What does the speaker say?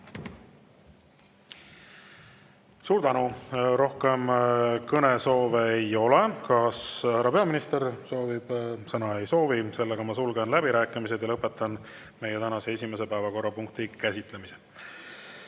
Suur tänu! Rohkem kõnesoove ei ole. Kas härra peaminister soovib sõna? Ei soovi. Ma sulgen läbirääkimised ja lõpetan meie tänase esimese päevakorrapunkti käsitlemise.